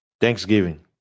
Thanksgiving